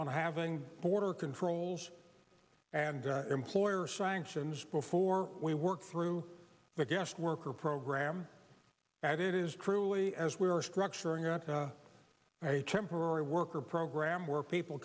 on having border controls and employer sanction before we work through the guest worker program as it is truly as we are structuring a temporary worker program where people